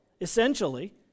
essentially